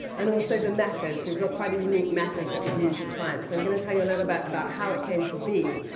and also, the method. so we've got quite a unique method that we use with clients. i'm going to tell you a little bit about how it came to be.